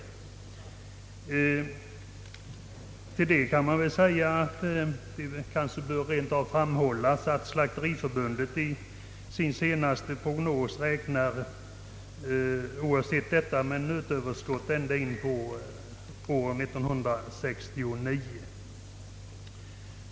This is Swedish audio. Till detta kanske bör framhållas att Slakteriförbundet i sin senaste prognos oavsett detta räknar med ett överskott på nötkött ända fram till in på år 1969. Men detta är en annan sak.